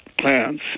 plans